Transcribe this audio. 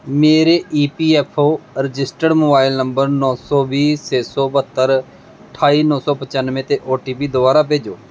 ਮੇਰੇ E P F O registered mobile number ਨੌਂ ਸੌ ਵੀਹ ਛੇ ਸੌ ਬਹੱਤਰ ਅਠਾਈ ਨੌਂ ਸੌ ਪਚਾਨਵੇਂ 'ਤੇ ਓ ਟੀ ਪੀ ਦੁਬਾਰਾ ਭੇਜੋ